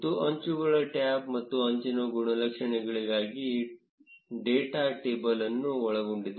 ಮತ್ತು ಅಂಚುಗಳ ಟ್ಯಾಬ್ ಮತ್ತು ಅಂಚಿನ ಗುಣಲಕ್ಷಣಗಳಿಗಾಗಿ ಡೇಟಾ ಟೇಬಲ್ ಅನ್ನು ಒಳಗೊಂಡಿದೆ